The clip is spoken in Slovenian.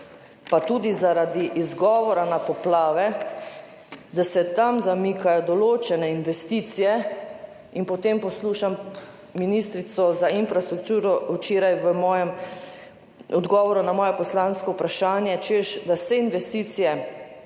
pa tudi zaradi izgovora na poplave, tam zamikajo določene investicije in potem poslušam ministrico za infrastrukturo včeraj v odgovoru na moje poslansko vprašanje, češ da investicije